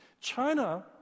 China